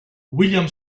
william